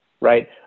right